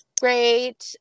great